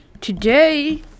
Today